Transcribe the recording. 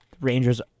Rangers